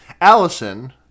Allison